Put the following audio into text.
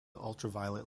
ultraviolet